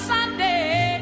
Sunday